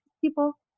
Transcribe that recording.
people